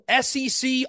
SEC